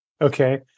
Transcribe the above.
Okay